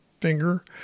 finger